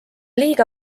liiga